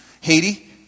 Haiti